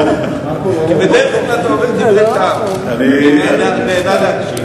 כי בדרך כלל לדבריך אני נהנה להקשיב.